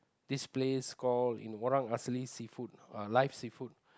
this place call in Orang Asli seafood uh live seafood